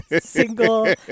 single